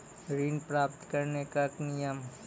ऋण प्राप्त करने कख नियम?